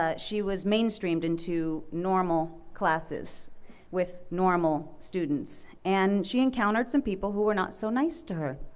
ah she was mainstreamed into normal classes with normal students, and she encountered some people who were not so nice to her,